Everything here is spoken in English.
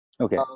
Okay